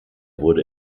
wurde